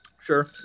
Sure